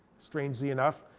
strangely enough.